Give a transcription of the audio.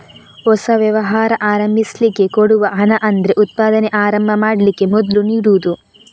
ಹೊಸ ವ್ಯವಹಾರ ಆರಂಭಿಸ್ಲಿಕ್ಕೆ ಕೊಡುವ ಹಣ ಅಂದ್ರೆ ಉತ್ಪಾದನೆ ಆರಂಭ ಮಾಡ್ಲಿಕ್ಕೆ ಮೊದ್ಲು ನೀಡುದು